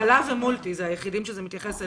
חלב ומולטי, זה היחידים שזה מתייחס אליהם.